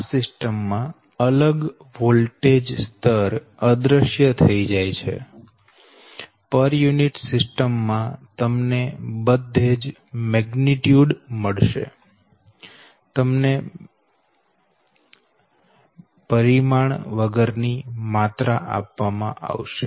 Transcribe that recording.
આ સિસ્ટમ માં અલગ વોલ્ટેજ સ્તર અદૃશ્ય થઈ જાય છે પર યુનિટ સિસ્ટમ માં તમને બધે માત્રા જ મળશે તમને પરિમાણ વગર ની માત્રા આપવામાં આવશે